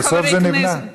ובסוף זה נבנה.